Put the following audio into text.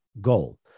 goal